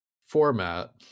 format